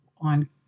on